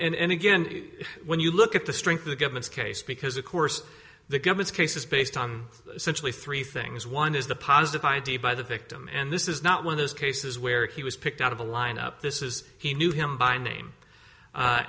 and again when you look at the strength of the government's case because of course the government's case is based on simply three things one is the positive id by the victim and this is not one of those cases where he was picked out of a lineup this is he knew him by name